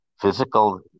physical